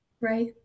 right